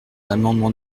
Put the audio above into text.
l’amendement